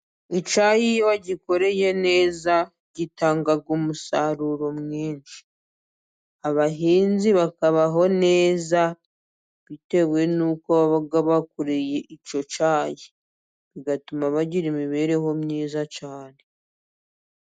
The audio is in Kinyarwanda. Icyayi iyo wagikoreye neza gitanga umusaruro mwinshi, abahinzi bakabaho neza, bitewe n'uko baba bakoreye icyo cyayi, bigatuma bagira imibereho myiza cyane.